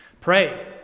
Pray